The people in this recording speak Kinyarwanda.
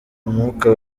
umwuka